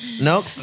No